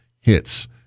hits